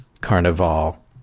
Carnival